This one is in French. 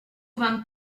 vingt